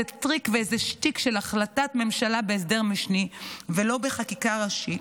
איזה טריק ואיזה שטיק של החלטת ממשלה בהסדר משני ולא בחקיקה ראשית,